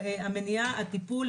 הטיפול,